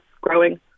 growing